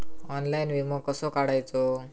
Online विमो कसो काढायचो?